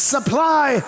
Supply